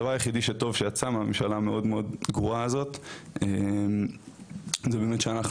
הדבר הטוב היחידי שיצא מהממשלה המאוד גרועה הזאת זה באמת שאנחנו,